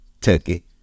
Turkey